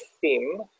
theme